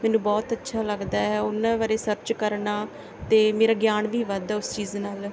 ਮੈਨੂੰ ਬਹੁਤ ਅੱਛਾ ਲੱਗਦਾ ਉਹਨਾਂ ਬਾਰੇ ਸਰਚ ਕਰਨਾ ਅਤੇ ਮੇਰਾ ਗਿਆਨ ਵੀ ਵੱਧਦਾ ਉਸ ਚੀਜ਼ ਨਾਲ